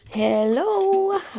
Hello